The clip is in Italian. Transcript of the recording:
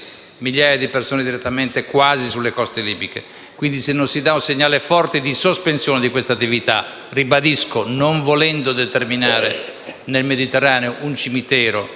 migliaia di persone direttamente quasi sulle coste libiche. Pertanto, è necessario dare un segnale forte di sospensione di tale attività, non volendo determinare nel Mediterraneo un cimitero